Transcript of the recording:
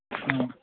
ꯎꯝ